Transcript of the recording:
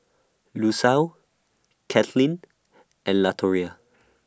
Lucile Caitlyn and Latoria